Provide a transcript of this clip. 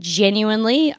genuinely